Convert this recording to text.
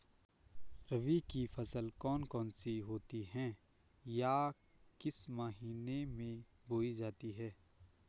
रबी की फसल कौन कौन सी होती हैं या किस महीने में बोई जाती हैं?